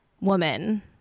woman